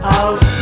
out